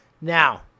Now